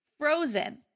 frozen